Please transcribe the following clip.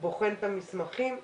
ובוחן את המסמכים.